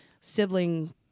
sibling